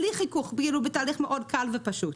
בלי חיכוך, בתהליך מאוד קל ופשוט.